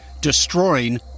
destroying